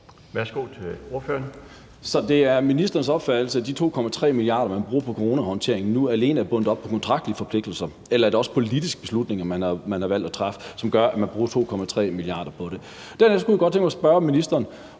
Boje Mathiesen (UFG): Så det er ministerens opfattelse, at de 2,3 mia. kr., man bruger på coronahåndteringen nu, alene er bundet op på kontraktlige forpligtelser. Eller er det også politiske beslutninger, man har valgt at træffe, som gør, at man bruger 2,3 mia. kr. på det? Dernæst kunne jeg godt tænke mig at spørge ministeren,